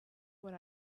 what